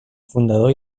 fundador